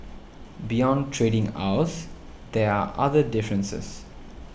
beyond trading hours there are other differences